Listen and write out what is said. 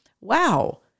wow